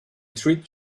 treat